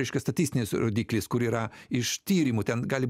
reiškia statistinis rodiklis kur yra iš tyrimu ten gali